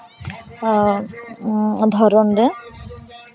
ᱫᱷᱚᱨᱚᱱ ᱨᱮ